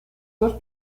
dos